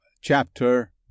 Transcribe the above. chapter